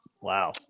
Wow